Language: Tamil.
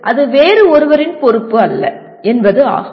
அது வேறு ஒருவரின் பொறுப்பு அல்ல என்பது ஆகும்